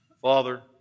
Father